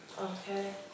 Okay